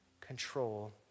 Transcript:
control